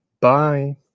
Bye